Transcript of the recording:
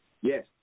Yes